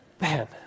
Man